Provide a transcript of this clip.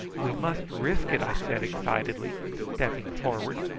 we must risk it, i said excitedly, stepping forward.